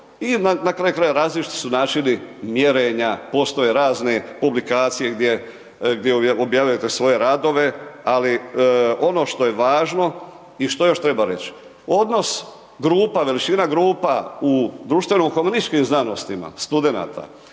krajeva, različiti su načini mjerenja, postoje razne publikacije gdje objavljujete svoje radove ali ono što je važno i što još treba reći? Odnos grupa, veličina grupa u društveno-komunističkim znanostima studenata